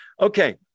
Okay